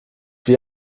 wie